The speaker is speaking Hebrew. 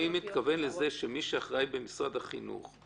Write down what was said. אני מתכוון לזה שמי שאחראי במשרד החינוך,